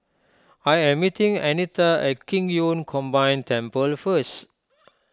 I am meeting Annetta at Qing Yun Combined Temple first